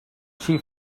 she